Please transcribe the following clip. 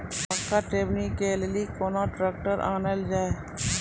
मक्का टेबनी के लेली केना ट्रैक्टर ओनल जाय?